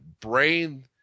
brain